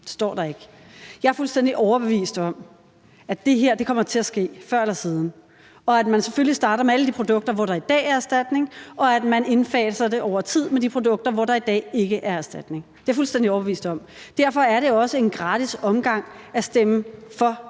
Jeg er fuldstændig overbevist, at det her kommer til at ske før eller siden, og at man selvfølgelig starter med alle de produkter, som der i dag er erstatninger for, og at man indfaser det over tid med de produkter, som der i dag ikke er erstatninger for. Det er jeg fuldstændig overbevist om. Derfor er det også en gratis omgang at stemme for det